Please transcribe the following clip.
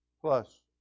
plus